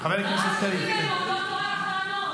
דרשנו ממנו, והוא לא טורח לענות.